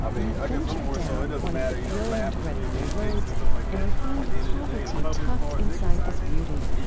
yet venture down one of the brilliant red clay roads and you find poverty tucked inside this beauty.